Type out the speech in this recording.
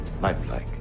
Lifelike